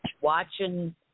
watching